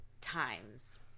times